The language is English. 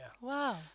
Wow